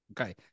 Okay